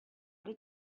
did